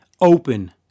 open